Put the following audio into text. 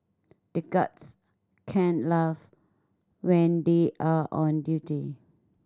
the guards can laugh when they are on duty